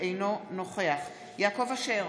אינו נוכח יעקב אשר,